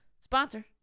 Sponsor